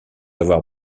avoir